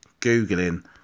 Googling